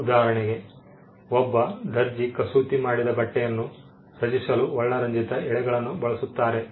ಉದಾಹರಣೆಗೆ ಒಬ್ಬ ದರ್ಜಿ ಕಸೂತಿ ಮಾಡಿದ ಬಟ್ಟೆಯನ್ನು ರಚಿಸಲು ವರ್ಣರಂಜಿತ ಎಳೆಗಳನ್ನು ಬಳಸುತ್ತಾರೆ